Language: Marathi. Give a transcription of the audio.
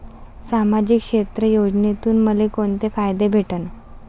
सामाजिक क्षेत्र योजनेतून मले कोंते फायदे भेटन?